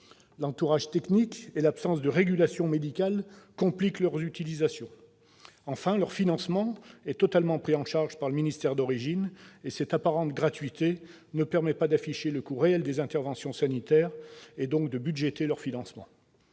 l'entourage technique et l'absence de régulation médicale compliquent leur utilisation. Enfin, leur financement est totalement pris en charge par le ministère d'origine ; cette apparente gratuité ne permet pas d'afficher le coût réel des interventions sanitaires et donc de budgéter leur financement.